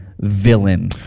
villain